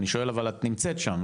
אני שואל אבל את נמצאת שם,